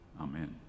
Amen